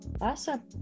Awesome